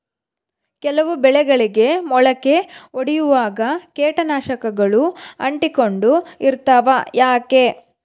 ಕೆಲವು ಬೆಳೆಗಳಿಗೆ ಮೊಳಕೆ ಒಡಿಯುವಾಗ ಕೇಟನಾಶಕಗಳು ಅಂಟಿಕೊಂಡು ಇರ್ತವ ಯಾಕೆ?